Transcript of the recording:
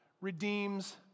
redeems